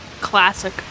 classic